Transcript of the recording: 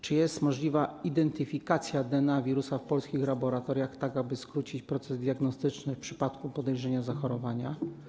Czy jest możliwa identyfikacja DNA wirusa w polskich laboratoriach, aby skrócić proces diagnostyczny w przypadku podejrzenia zachorowania?